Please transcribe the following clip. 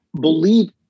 believe